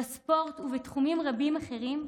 בספורט ובתחומים רבים אחרים,